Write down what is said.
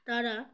তারা